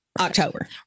October